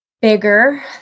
bigger